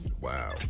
Wow